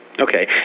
Okay